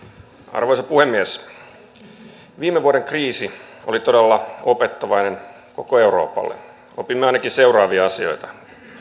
arvoisa puhemies viime vuoden kriisi oli todella opettavainen koko euroopalle opin ainakin seuraavia asioita